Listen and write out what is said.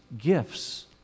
gifts